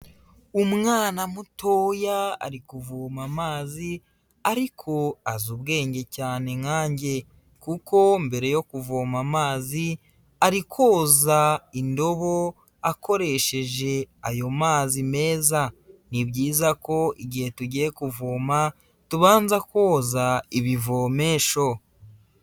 Umwana mutoya ari kuvoma amazi ariko azi ubwenge cyane nkanjye, kuko mbere yo kuvoma amazi ari koza indobo akoresheje ayo mazi meza, ni byiza ko igihe tugiye kuvoma tubanza koza ibivomesho.